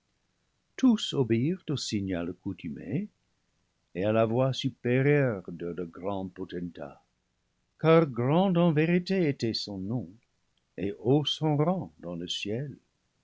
tous obéirent au signal accoutumé et à la voix supérieure de leur grand potentat car grand en vérité était son nom et haut son rang dans le ciel